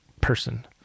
person